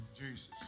jesus